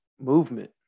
movement